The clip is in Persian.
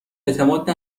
اعتماد